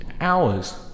Hours